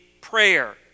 prayer